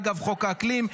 אגב חוק האקלים,